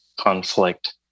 conflict